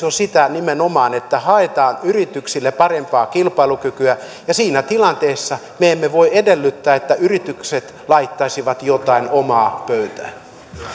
ole sitä nimenomaan että haetaan yrityksille parempaa kilpailukykyä ja siinä tilanteessa me emme voi edellyttää että yritykset laittaisivat jotain omaa pöytään